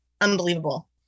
unbelievable